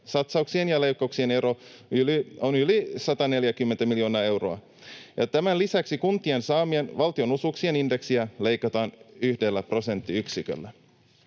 Satsauksien ja leikkauksien ero on yli 140 miljoonaa euroa. Tämän lisäksi kuntien saamien valtionosuuksien indeksiä leikataan yhdellä prosenttiyksiköllä.